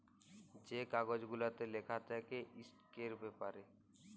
যে কাগজ গুলাতে লিখা থ্যাকে ইস্টকের ব্যাপারে